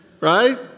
right